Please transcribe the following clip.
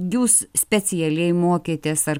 jūs specialiai mokėtės ar